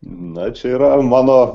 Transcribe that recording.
na čia yra mano